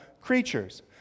creatures